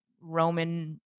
Roman